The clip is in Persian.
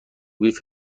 قیف